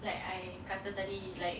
like I kata tadi like